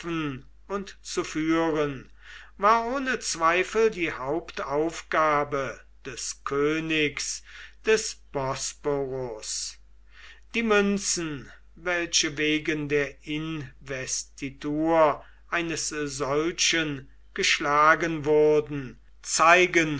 und zu führen war ohne zweifel die hauptaufgabe des königs des bosporus die münzen welche wegen der investitur eines solchen geschlagen wurden zeigen